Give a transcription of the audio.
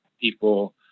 people